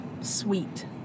sweet